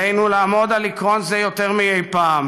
עלינו לעמוד על עיקרון זה יותר מאי-פעם,